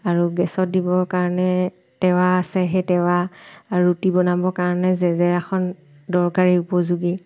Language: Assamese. আৰু গেছত দিবৰ কাৰণে টেৱা আছে সেই টেৱা আৰু ৰুটি বনাবৰ কাৰণে জেজেৰাখন দৰকাৰী উপযোগী